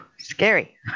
scary